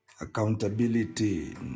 Accountability